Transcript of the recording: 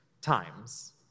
Times